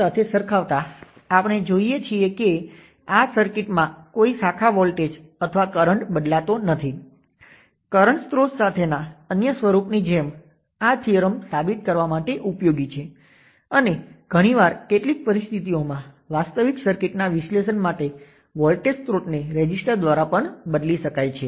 ફરીથી હું અહીં ભાર આપવા માંગુ છું કે ઇક્વિવેલન્ટ શોધવાની મેથડ સાથે તેઓ જે હોય તે જ રહે છે અને તમને બે ટર્મિનલ પર પાછા જોતા રેઝિસ્ટન્સ મળે છે જે તમને નોર્ટન રેઝિસ્ટન્સ આપે છે